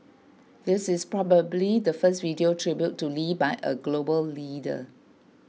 this is probably the first video tribute to Lee by a global leader